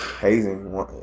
hazing